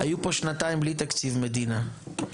היו פה שנתיים בלי תקציב מדינה,